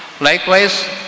Likewise